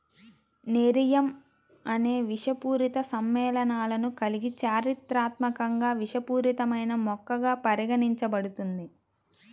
nerium అనేక విషపూరిత సమ్మేళనాలను కలిగి చారిత్రాత్మకంగా విషపూరితమైన మొక్కగా పరిగణించబడుతుంది